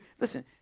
listen